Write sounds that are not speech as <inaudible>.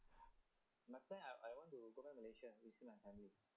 <laughs>